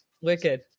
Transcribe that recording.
Wicked